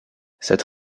cette